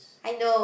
I know